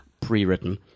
pre-written